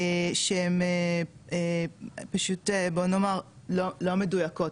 שהן פשוט בוא נאמר לא מדויקות,